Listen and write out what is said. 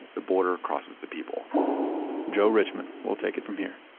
the border crosses the people joe richmond will take it from here